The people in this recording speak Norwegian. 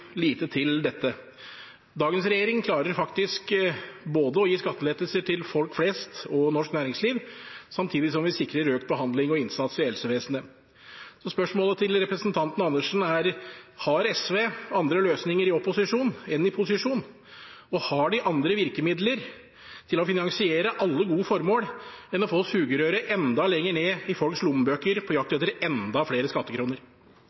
lite til dette. Dagens regjering klarer faktisk å gi skattelettelser til både folk flest og norsk næringsliv, samtidig som vi sikrer økt behandling og innsats i helsevesenet. Spørsmålet til representanten Andersen er: Har SV andre løsninger i opposisjon enn i posisjon? Og har de andre virkemidler til å finansiere alle gode formål enn å få sugerøret enda lenger ned i folks lommebøker, på jakt etter enda flere skattekroner?